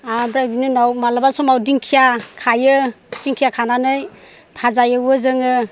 ओमफ्राय बिनि उनाव माब्लाबा समाव दिंखिया खायो दिंखिया खानानै भाजा एवो जोङो